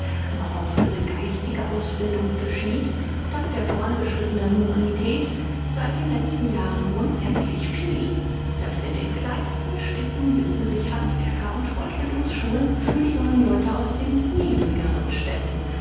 aber auch für ihre geistige ausbildung geschieht dank der vorangeschrittenen humanität seit den letzten jahren unendlich viel selbst in den kleinsten städten bilden sich handwerker und fortbildungsschulen für die jungen leute aus den niedrigeren ständen